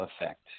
effect